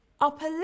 upper